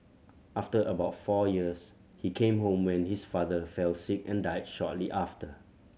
after about four years he came home when his father fell sick and died shortly after